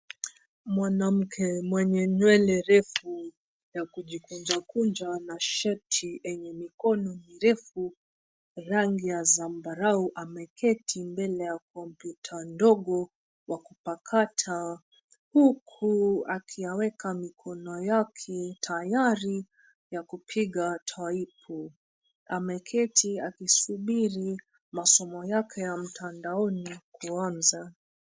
Mwanamke mwenye nywele refu ya kujikunja kunja na sheti enye mikono mirefu, rangi ya zambarau, ameketi mbele ya kompyuta ndogo wa kupakata, huku akiweka mikono yake tayari yakupiga taipu . Ameketi akisubiri masomo yake ya mtandaoni kuanza.